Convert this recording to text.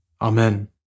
Amen